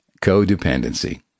Codependency